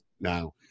now